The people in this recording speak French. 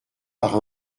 par